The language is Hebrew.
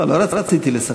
לא רציתי לסכסך,